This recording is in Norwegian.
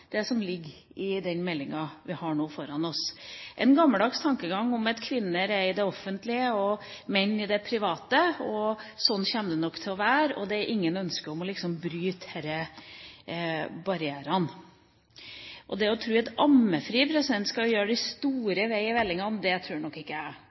det som ligger i den meldinga vi nå har foran oss, en gammeldags tankegang om at kvinner er i det offentlige og menn i det private, og at sånn kommer det nok til å være, og det er ingen ønsker om liksom å bryte disse barrierene. At ammefri skal gjøre vei i vellinga, tror nok ikke jeg.